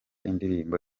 indirimbo